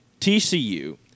TCU